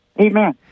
Amen